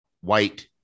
white